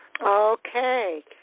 Okay